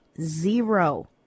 zero